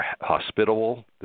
hospitable